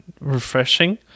refreshing